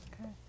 Okay